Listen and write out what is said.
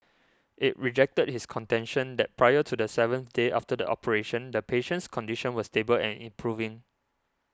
it rejected his contention that prior to the seventh day after the operation the patient's condition was stable and improving